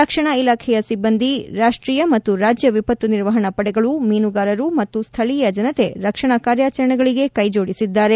ರಕ್ಷಣಾ ಇಲಾಖೆಯ ಸಿಬ್ಲಂದಿ ರಾಷ್ಷೀಯ ಮತ್ತು ರಾಜ್ಯ ವಿಪತ್ತು ನಿರ್ವಹಣಾ ಪಡೆಗಳು ಮೀನುಗಾರರು ಮತ್ತು ಸ್ಥಳೀಯ ಜನತೆ ರಕ್ಷಣಾ ಕಾರ್ಯಚರಣೆಗಳಿಗೆ ಕ್ಷೆಜೋಡಿಸಿದ್ದಾರೆ